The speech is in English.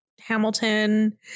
Hamilton